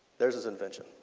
there was his invention.